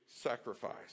sacrifice